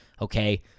okay